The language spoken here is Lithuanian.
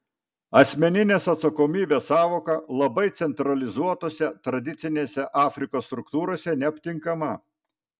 asmeninės atsakomybės sąvoka labai centralizuotose tradicinėse afrikos struktūrose neaptinkama